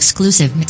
exclusive